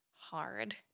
hard